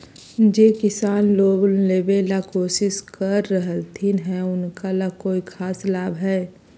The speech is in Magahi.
जे किसान लोन लेबे ला कोसिस कर रहलथिन हे उनका ला कोई खास लाभ हइ का?